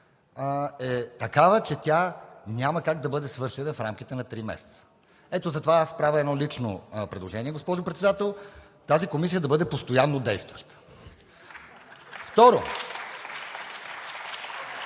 е такава, че тя няма как да бъде свършена в рамките на три месеца. Ето затова аз правя едно лично предложение, госпожо Председател, тази комисия да бъде постоянно действаща.